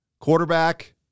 quarterback